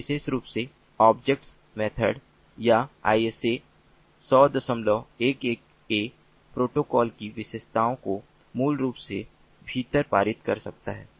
यह विशेष रूप से ऑब्जेक्ट्स मेथड या ISA10011a प्रोटोकॉल की विशेषताओं को मूल रूप से भीतर पारित कर सकता है